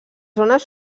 zones